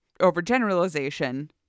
overgeneralization